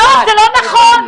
זה לא נכון.